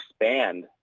expand